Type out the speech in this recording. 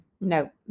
No